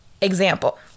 Example